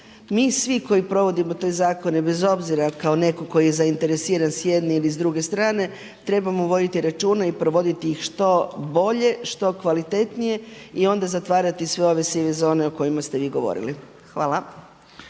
Mi svi koji provodimo te zakone bez obzira kao neko tko je zainteresiran s jedne ili s druge strane trebamo voditi računa i provoditi ih što bolje, što kvalitetnije i onda zatvarati sve ove sive zone o kojima ste vi govorili. Hvala.